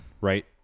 Right